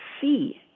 see